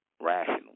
rational